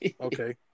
Okay